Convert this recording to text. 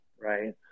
right